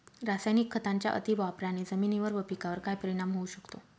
रासायनिक खतांच्या अतिवापराने जमिनीवर व पिकावर काय परिणाम होऊ शकतो?